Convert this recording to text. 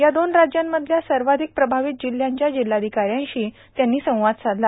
या दोन राज्यांमधल्या सर्वाधिक प्रभावित जिल्ह्यांच्या जिल्हाधिकाऱ्यांशी त्यांनी संवाद साधला